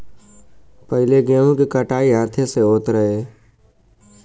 पहिले गेंहू के कटाई हाथे से होत रहे